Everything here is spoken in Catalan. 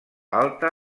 alta